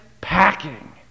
packing